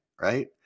right